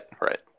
right